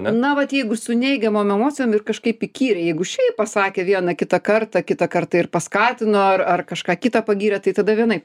na vat jeigu su neigiamom emocijom ir kažkaip įkyriai jeigu šiaip pasakė vieną kitą kartą kitą kartą ir paskatino ar ar kažką kitą pagyrė tai tada vienaip